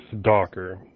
docker